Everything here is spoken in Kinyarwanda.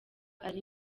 ari